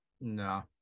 no